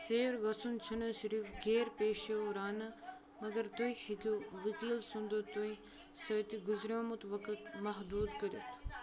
ژیٖر گژھُن چھُنہٕ صِرف غیر پیشہ ورانہٕ، مگر تُہۍ ہیٚکِو ؤكیٖل سُنٛد تُہۍ سۭتہِ گٗزرِیومت وقت محدود کٔرِتھ